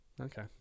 Okay